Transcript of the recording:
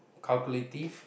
calculative